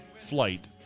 flight